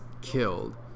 killed